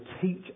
teach